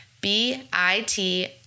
B-I-T